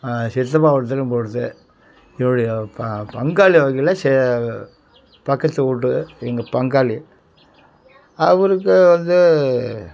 சித்தப்பா வீட்ல எப்படியோ பங்காளி வகையில் பக்கத்து வீட்டு எங்கள் பங்காளி அவருக்கு வந்து